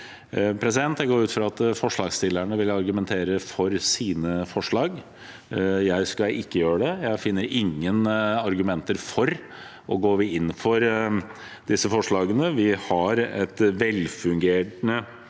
Jeg går ut fra at forslagsstillerne vil argumentere for sine forslag. Jeg skal ikke gjøre det. Jeg finner ingen argumenter for å gå inn for disse forslagene. Vi har et velfungerende